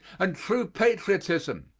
and true patriotism,